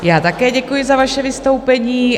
Já také děkuji za vaše vystoupení.